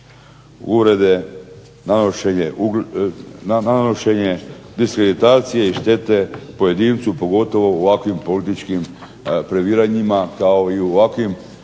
uvrede, nanošenje diskreditacije i štete pojedincu, pogotovo u ovakvim političkim previranjima kao i u ovakvim